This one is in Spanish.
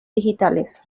digitales